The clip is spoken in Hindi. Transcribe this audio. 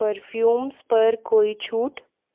परफ्यूम्स पर कोई छूट